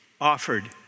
offered